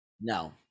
No